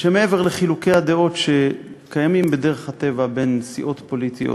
שמעבר לחילוקי הדעות שקיימים בדרך הטבע בין סיעות פוליטיות,